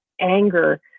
anger